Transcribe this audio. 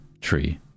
Tree